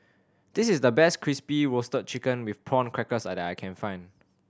this is the best Crispy Roasted Chicken with Prawn Crackers that I can find